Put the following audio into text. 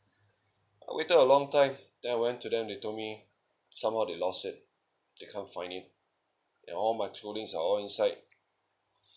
I waited a long time then I went to them they told me somehow they lost it they can't find it and all my clothings are all inside